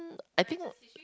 I think I